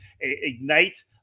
Ignite